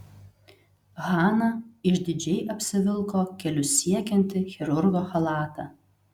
hana išdidžiai apsivilko kelius siekiantį chirurgo chalatą